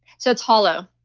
so it's hollow.